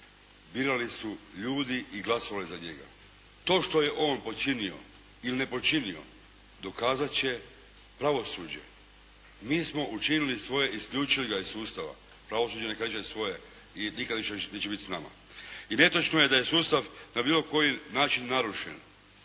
birali su ljudi i glasovali za njega. To što je on počinio ili ne počinio, dokazat će pravosuđe. Mi smo učinili svoje, isključili ga iz sustava pravosuđe neka kaže svoje i nikada više neće biti s nama. I netočno je da je sustav na bilo koji način narušen